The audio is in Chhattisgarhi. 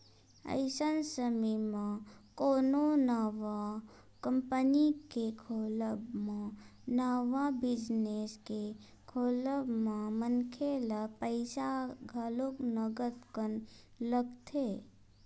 अइसन समे म कोनो नवा कंपनी के खोलब म नवा बिजनेस के खोलब म मनखे ल पइसा घलो नंगत कन लगथे